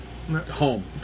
home